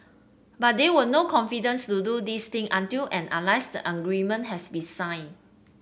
but there will no confidence to do this thing until and unless agreement has been signed